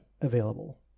available